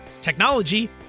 technology